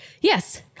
Yes